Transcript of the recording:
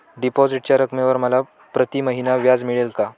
डिपॉझिटच्या रकमेवर मला प्रतिमहिना व्याज मिळेल का?